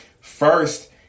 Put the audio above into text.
first